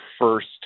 first